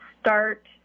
start